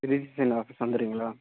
registration office வந்துடுறீங்களா